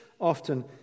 often